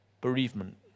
Bereavement